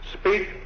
speak